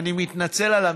אני מתנצל על המילה,